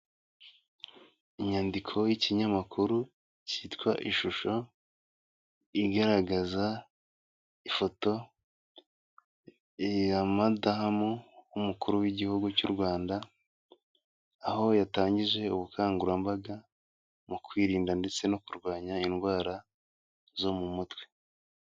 Inyandiko y'ikinyamakuru cyitwa ishusho, igaragaza ifoto ya madamu w'umukuru w'igihugu cy'u Rwanda, aho yatangije ubukangurambaga mu kwirinda ndetse no kurwanya indwara zo mu mutwe.